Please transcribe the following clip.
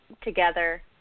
together